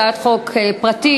הצעת חוק פרטית,